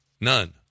None